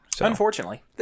Unfortunately